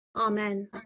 Amen